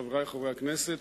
חברי חברי הכנסת,